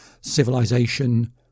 Civilization